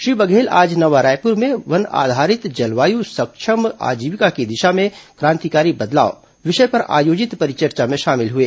श्री बघेल आज नवा रायपुर में वन आधारित जलवायु सक्षम आजीविका की दिशा में क्रांतिकारी बदलाव विषय पर आयोजित परिचर्चा में शामिल हुए